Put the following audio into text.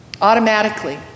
automatically